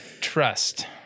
Trust